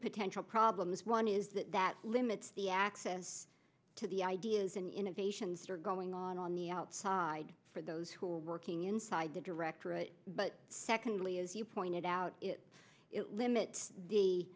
potential problems one is that that limits the access to the ideas and innovations that are going on on the outside for those who are working inside the director but secondly as you pointed out it limits the